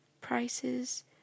prices